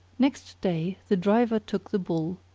next day the driver took the bull,